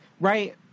Right